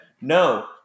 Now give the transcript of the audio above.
No